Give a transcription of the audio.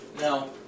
Now